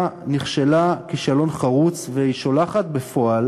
כל הזמן מדברים כאן גבוהה-גבוהה על הצורך לעזור